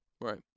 right